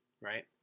right